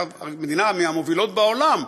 מדינה מהמובילות בעולם,